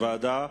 לוועדה.